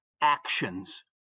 actions